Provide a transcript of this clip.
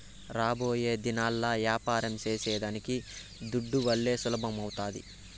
రాబోయేదినాల్ల యాపారం సేసేదానికి దుడ్డువల్లే సులభమౌతాది